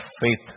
faith